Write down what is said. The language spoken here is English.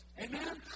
Amen